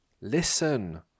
Listen